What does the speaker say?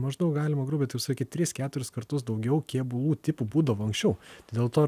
maždaug galima grubiai taip sakyt tris keturis kartus daugiau kėbulų tipų būdavo anksčiau dėl to ir